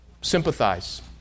Sympathize